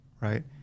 right